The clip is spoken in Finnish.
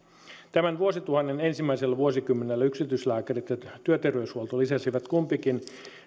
tämän vuosituhannen ensimmäisellä vuosikymmenellä yksityislääkärit ja työterveyshuolto lisäsivät kumpikin